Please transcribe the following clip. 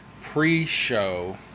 pre-show